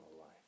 life